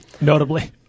Notably